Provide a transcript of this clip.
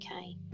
okay